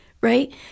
right